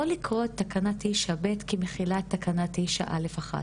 לקרוא את תקנה 9/ב' כמכילה את תקנה 9/א'/1,